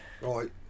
Right